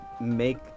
make